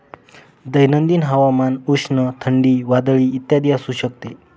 दैनंदिन हवामान उष्ण, थंडी, वादळी इत्यादी असू शकते